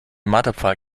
marterpfahl